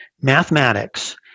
mathematics